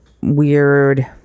weird